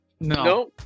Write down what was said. No